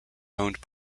owned